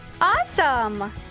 Awesome